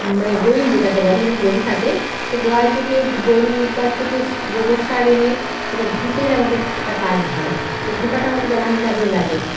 মানে গোইল যেটাকে বলে যেখানে গরু থাকে সে গোয়াল থেকে গরুর কাছ থেকে গোবর সার এনে যেটা ঘুঁটের আমাদের একটা কাজ হয় সে ঘুঁটেটা আমাদের জ্বালানির কাজেও লাগে